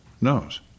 knows